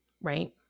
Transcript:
right